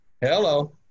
Hello